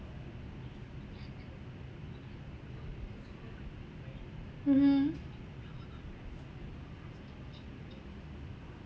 mmhmm